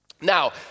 Now